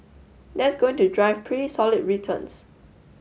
that's going to drive pretty solid returns